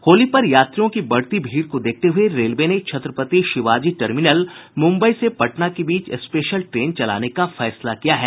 होली पर यात्रियों की बढ़ती भीड़ को देखते हुए रेलवे ने छत्रपति शिवाजी टर्मिनल मुम्बई से पटना के बीच स्पेशल ट्रेन चलाने का फैसला किया है